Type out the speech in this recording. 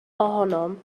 ohonom